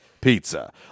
pizza